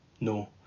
no